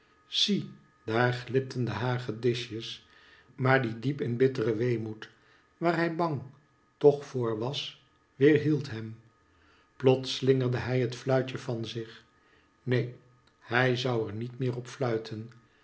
zie daar glipten de hagedisjes maar die diep in bittere weemoed waar hij bang toch voor was weerhield hem plots slingerde hij het fluitje van zich neen hij zoii er niet meer op fluiten